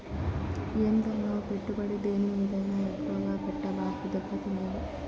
ఏందన్నో, పెట్టుబడి దేని మీదైనా ఎక్కువ పెట్టబాకు, దెబ్బతినేవు